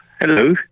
Hello